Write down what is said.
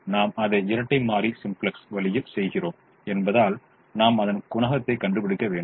நாம் அதை இரட்டை மாறி சிம்ப்ளக்ஸ் வழியில் செய்கிறோம் என்பதால் நாம் அதன் குணகத்தைக் கண்டுபிடிக்க வேண்டும்